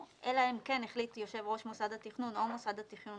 אלא אם כן החליט יושב ראש מוסד התכנון או מוסד תכנון,